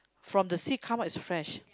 from the sea come out is fresh